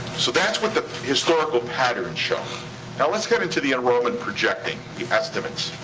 so that's what the historical patterns show. now let's get into the enrollment projecting. the estimates.